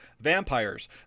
Vampires